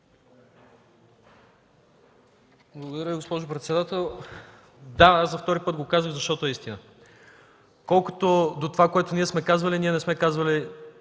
Благодаря, госпожо председател. Да, аз за втори път го казах, защото е истина. Колкото до това, което ние сме казвали – ние не сме казвали